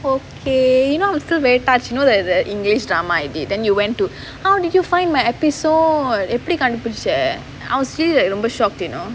okay you know I'm still very touched you know there's the english drama I did then you went to how did you find my episode எப்படி கண்டுபிடிச்ச அவன்:eppadi kandupidicha avan shocked you know